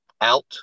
out